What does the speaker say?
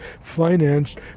financed